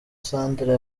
sandra